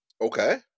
Okay